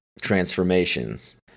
transformations